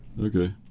Okay